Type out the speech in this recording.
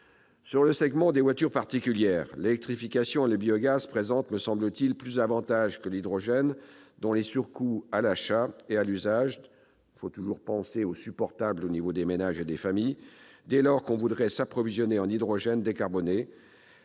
Sur le segment des voitures particulières, l'électrification et le biogaz présentent, me semble-t-il, plus d'avantages que l'hydrogène, dont les surcoûts à l'achat et à l'usage- il faut toujours penser aux prix supportables pour les ménages et les familles !-, dès lors que l'on voudrait s'approvisionner en hydrogène décarboné,